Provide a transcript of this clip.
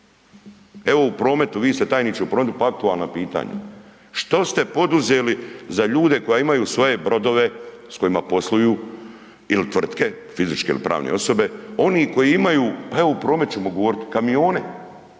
Evo u prometu, vi ste tajniče u prometu, pa aktualna pitanja. Što ste poduzeli za ljude koji imaju svoje brodove s kojima posluju il tvrtke, fizičke il pravne osobe, oni koji imaju, evo o prometu ćemo govorit, kamione,